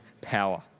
power